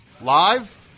Live